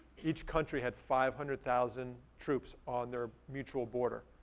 each country had five hundred thousand troops on their mutual border.